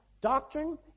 doctrine